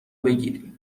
بگیری